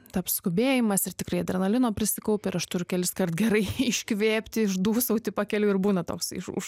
taps skubėjimas ir tikrai adrenalino prisikaupia ir aš turiu keliskart gerai iškvėpti išdūsauti pakeliui ir būna toks iš už